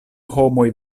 homoj